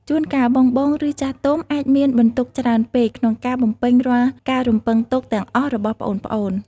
ជួនកាល បងៗ ឬចាស់ទុំ អាចមាន បន្ទុកច្រើនពេក ក្នុងការបំពេញរាល់ការរំពឹងទុកទាំងអស់របស់ប្អូនៗ។